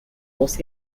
was